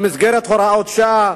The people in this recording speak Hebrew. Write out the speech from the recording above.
במסגרת הוראת שעה.